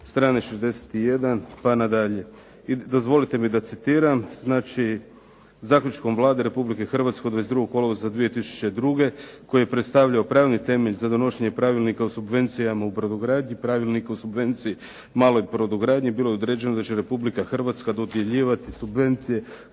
strane 61. pa nadalje. Dozvolite mi da citiram, znači: "Zaključkom Vlade Republike Hrvatske od 22. kolovoza 2002. koji je predstavljao pravni temelj za donošenje Pravilnika o subvencijama u brodogradnji, Pravilnik o subvenciji u maloj brodogradnji, bilo je određeno da će Republika Hrvatska dodjeljivati subvencije